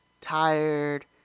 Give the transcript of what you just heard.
tired